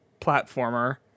platformer